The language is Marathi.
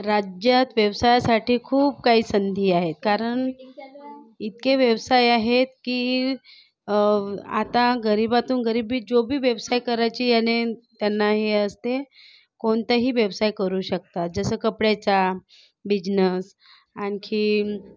राज्यात व्यवसायासाठी खूप काही संधी आहेत कारण इतके व्यवसाय आहेत की आता गरिबातून गरीब बी जो बी व्यवसाय करायची याने त्यांना हे असते कोणताही व्यवसाय करू शकतात जसं कपड्याचा बिझनस आणखीन